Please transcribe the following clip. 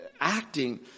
acting